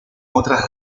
otras